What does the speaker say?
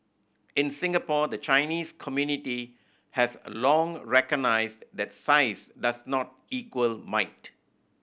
in Singapore the Chinese community has a long recognised that size does not equal might